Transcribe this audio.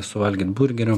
suvalgyt burgerių